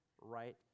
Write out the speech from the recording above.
right